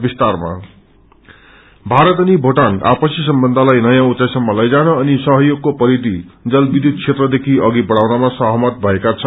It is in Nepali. पीएम भूटान भारत अनि भोटाङ आपसी समबन्धलाई नयाँ उचाईसम्म लैजपन अनि सहयोगको परिधि जल विध्युत क्षेत्रदेखि अघि बिढ़ाउनमा सहमत भएका छन्